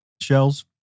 shells